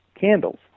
candles